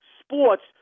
sports